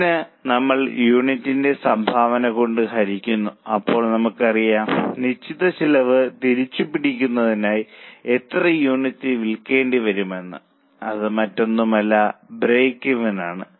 ഇതിന് നമ്മൾ യൂണിറ്റിനെ സംഭാവന കൊണ്ട് ഹരിക്കുന്നു അപ്പോൾ നമുക്കറിയാം നിശ്ചിത ചെലവ് തിരിച്ചു പിടിക്കുന്നതിനായി എത്ര യൂണിറ്റ് വിൽക്കേണ്ടി വരുമെന്ന് അത് മറ്റൊന്നുമല്ല ബ്രേക്ക് ഇവൻ ആണ്